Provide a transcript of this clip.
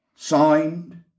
Signed